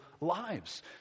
lives